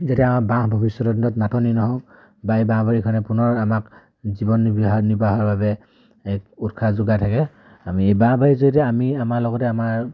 যেতিয়া আমাৰ বাঁহ ভৱিষ্যতৰ দিনত নাটনি নহওক বা এই বাঁহ বাৰীখনে পুনৰ আমাক জীৱন নিৰ্বাহ নিৰ্বাহৰ বাবে এক উৎসাহ যোগাই থাকে আমি এই বাঁহ বাৰীৰ যদি আমি আমাৰ লগতে আমাৰ